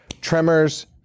Tremors